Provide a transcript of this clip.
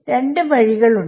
രണ്ട് വഴികൾ ഉണ്ട്